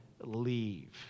leave